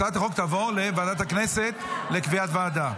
הצעת החוק תעבור לוועדת הכנסת לקביעת ועדה.